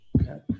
okay